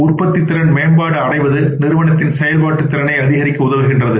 உற்பத்தித் திறன் மேம்பாடு அடைவது நிறுவனத்தின் செயல்பாட்டு திறனை அதிகரிக்க உதவுகின்றது